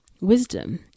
Wisdom